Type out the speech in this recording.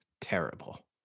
terrible